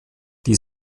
die